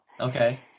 okay